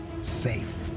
safe